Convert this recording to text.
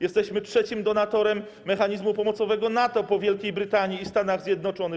Jesteśmy trzecim donatorem mechanizmu pomocowego NATO po Wielkiej Brytanii i Stanach Zjednoczonych.